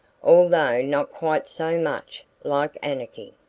although not quite so much like anarchy.